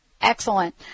Excellent